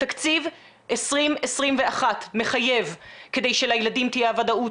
תקציב 2021 מחייב כדי שלילדים תהיה הוודאות